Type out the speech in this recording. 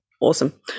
Awesome